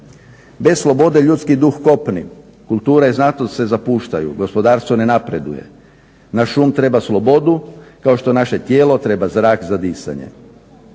Bez slobode ljudskih duh kopni, kultura i znanost se zapuštaju, gospodarstvo ne napreduje, naš um treba slobodu kao što naše tijelo treba zrak za disanje.